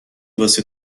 واسه